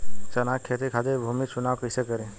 चना के खेती खातिर भूमी चुनाव कईसे करी?